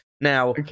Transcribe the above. Now